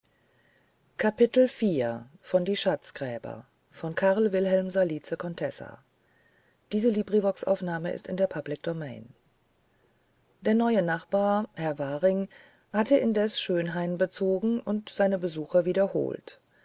der neue nachbar herr waring hatte indes schönhain bezogen und seine besuche wiederholt